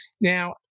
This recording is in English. Now